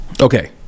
Okay